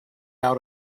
out